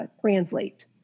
translate